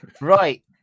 right